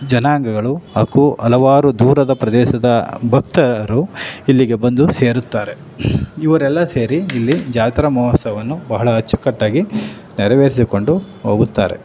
ಜನಾಂಗಗಳು ಹಾಗೂ ಹಲವಾರು ದೂರದ ಪ್ರದೇಶದ ಭಕ್ತರು ಇಲ್ಲಿಗೆ ಬಂದು ಸೇರುತ್ತಾರೆ ಇವರೆಲ್ಲ ಸೇರಿ ಇಲ್ಲಿ ಜಾತ್ರಾ ಮಹೋತ್ಸವವನ್ನು ಬಹಳ ಅಚ್ಚುಕಟ್ಟಾಗಿ ನೆರವೇರಿಸಿಕೊಂಡು ಹೋಗುತ್ತಾರೆ